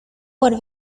por